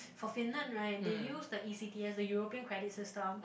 for Finland right they use the E_C_T as the European credit system